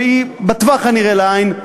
שהיא בטווח הנראה לעין,